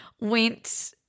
went